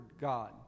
God